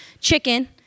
chicken